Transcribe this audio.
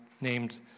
named